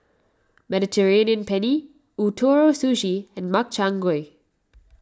Mediterranean Penne Ootoro Sushi and Makchang Gui